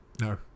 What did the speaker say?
No